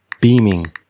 beaming